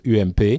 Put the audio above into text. UMP